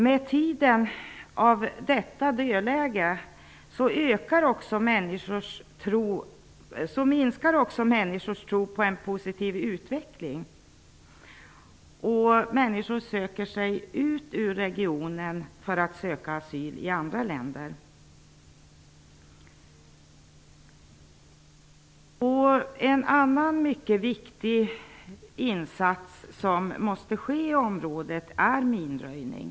Under tiden med detta dödläge minskar människors tro på en positiv utveckling. Människor söker sig ut ur regionen till andra länder. En annan viktig insats som måste göras i området är minröjning.